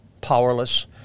powerless